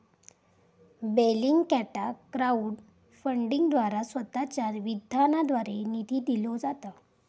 बेलिंगकॅटाक क्राउड फंडिंगद्वारा स्वतःच्या विधानाद्वारे निधी दिलो जाता